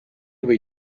või